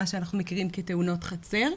מה שאנחנו מכירים כ"תאונות חצר".